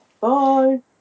Bye